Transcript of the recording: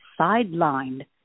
Sidelined